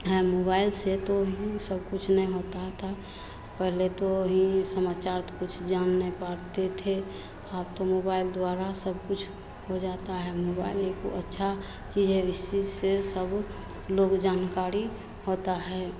यहाँ मुबाईल से तो सब कुछ नै होता आता पहले तो हिन्दी सामाचार तो कुछ जान नै पाड़ते थे आब तो मोबाईल द्वारा सब कुछ हो जाता है मोबाईल एक गो अच्छा चीज है उसी से सब लोग जानकाड़ी होता है